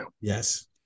Yes